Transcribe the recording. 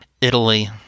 italy